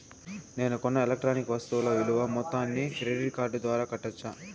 నేను కొన్న ఎలక్ట్రానిక్ వస్తువుల విలువ మొత్తాన్ని క్రెడిట్ కార్డు ద్వారా కట్టొచ్చా?